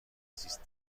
سیستم